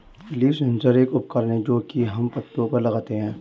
leaf sensor एक उपकरण है जो की हम पत्तो पर लगाते है